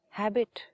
habit